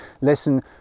listen